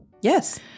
Yes